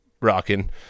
rocking